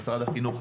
מתי הכול?